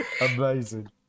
amazing